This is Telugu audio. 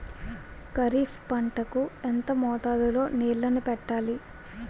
ఖరిఫ్ పంట కు ఎంత మోతాదులో నీళ్ళని పెట్టాలి?